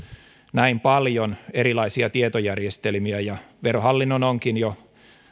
näin paljon erilaisia tietojärjestelmiä ja verohallinnon onkin jo